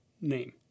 name